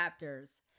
raptors